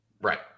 Right